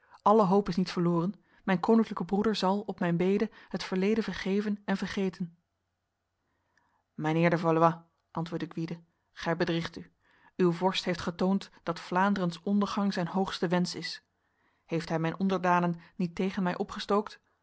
alle hoop is niet verloren mijn koninklijke broeder zal op mijn bede het verleden vergeven en vergeten mijnheer de valois antwoordde gwyde gij bedriegt u uw vorst heeft getoond dat vlaanderens ondergang zijn hoogste wens is heeft hij mijn onderdanen niet tegen mij opgestookt